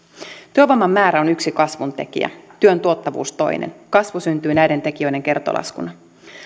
työvoiman määrä on yksi kasvun tekijä työn tuottavuus toinen kasvu syntyy näiden tekijöiden kertolaskuna